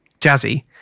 jazzy